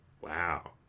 Wow